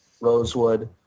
Rosewood